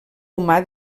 humà